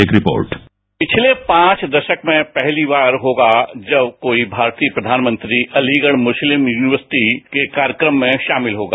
एक रिपोर्ट पिछले पांच दशक में यह पहली बार होगा जब कोई भारतीय प्रधानमंत्री अलीगढ़ मुस्लिम यूनिवर्सिटी के कार्यक्रम में शामिल होगा